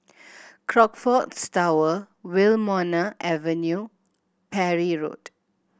Crockfords Tower Wilmonar Avenue Parry Road